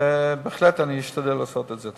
ואני בהחלט אשתדל לעשות את זה.